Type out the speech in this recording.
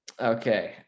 Okay